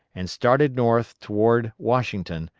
and started north toward washington,